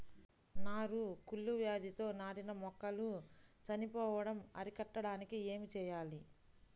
నారు కుళ్ళు వ్యాధితో నాటిన మొక్కలు చనిపోవడం అరికట్టడానికి ఏమి చేయాలి?